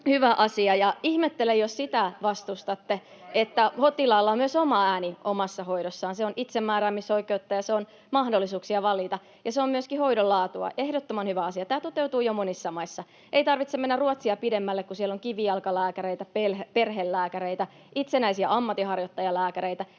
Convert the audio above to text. hyvä asia. Ihmettelen, jos sitä vastustatte, että potilaalla on myös oma ääni omassa hoidossaan. Se on itsemääräämisoikeutta, ja se on mahdollisuuksia valita, ja se on myöskin hoidon laatua — ehdottoman hyvä asia. Tämä toteutuu jo monissa maissa. Ei tarvitse mennä Ruotsia pidemmälle, kun siellä on kivijalkalääkäreitä, perhelääkäreitä ja itsenäisiä ammatinharjoittajalääkäreitä,